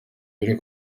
biri